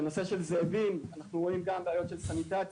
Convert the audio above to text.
בנושא של זאבים אנחנו רואים גם בעיות של סניטציה,